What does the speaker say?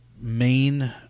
main